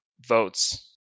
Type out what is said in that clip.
votes